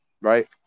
right